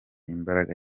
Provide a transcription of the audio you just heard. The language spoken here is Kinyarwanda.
imbaraga